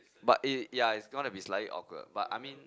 but it ya it's gonna be slightly awkward but I mean